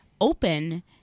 open